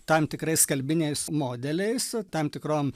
tam tikrais kalbiniais modeliais tam tikrom